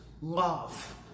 love